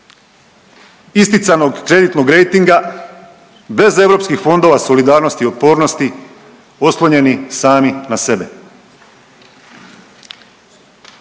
isticanog kreditnog rejtinga, bez Europskih fondova solidarnosti i otpornosti oslonjeni sami na sebe.